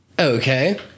Okay